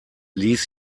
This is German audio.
ließ